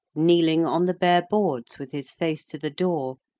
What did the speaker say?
kneeling on the bare boards with his face to the door,